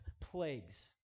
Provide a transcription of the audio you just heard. plagues